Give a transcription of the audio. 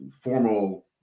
formal